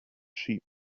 sheep